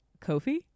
Kofi